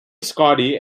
scotty